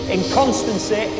Inconstancy